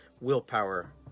willpower